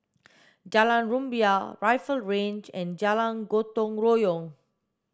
Jalan Rumbia Rifle Range and Jalan Gotong Royong